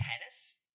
tennis